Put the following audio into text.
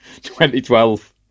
2012